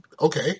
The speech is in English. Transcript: okay